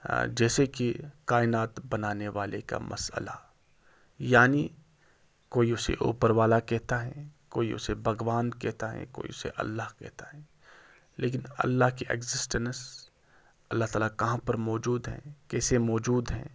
جیسے کہ کائنات بنانے والے کا مسئلہ یعنی کوئی اسے اوپر والا کہتا ہے کوئی اسے بھگوان کہتا ہے کوئی اسے اللہ کہتا ہے لیکن اللہ کی ایڈجسٹنس اللہ تعالیٰ کہاں پر موجود ہیں کیسے موجود ہیں